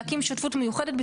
להקים שותפות מיוחדת,